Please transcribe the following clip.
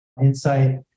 insight